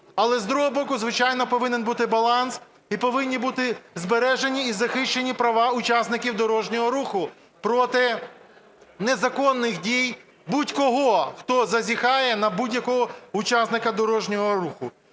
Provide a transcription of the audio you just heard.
Але з другого боку, звичайно, повинен бути баланс і повинні бути збережені і захищені права учасників дорожнього руху проти незаконних дій будь-кого, хто зазіхає на будь-якого учасника дорожнього руху.